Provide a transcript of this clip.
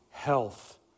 Health